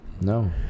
No